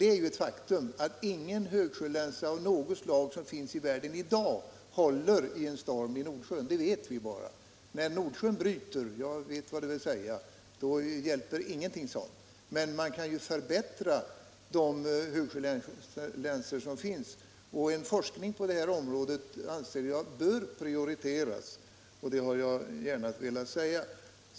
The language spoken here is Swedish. Det är ett faktum att ingen högsjölänsa av något slag av dem som finns i hela världen i dag håller i en storm i Nordsjön; det vet vi bara. När Nordsjön bryter — och jag vet vad det vill säga —- då hjälper ingenting sådant, men de högsjölänsor som nu finns kan naturligtvis förbättras. Jag anser att forskningen på det området bör prioriteras, och det har jag därför gärna velat säga.